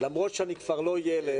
למרות שאני כבר לא ילד,